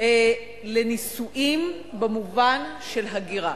לנישואים במובן של הגירה.